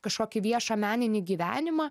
kažkokį viešą meninį gyvenimą